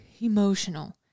emotional